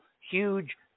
huge